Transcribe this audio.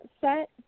set